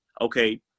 okay